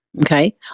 okay